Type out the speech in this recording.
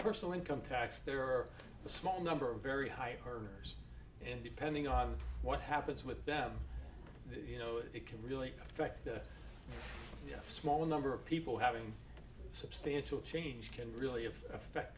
personal income tax there are a small number of very high earners and depending on what happens with that you know it can really affect that small number of people having substantial change can really